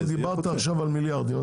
דיברת עכשיו על מיליארדים,